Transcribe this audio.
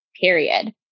period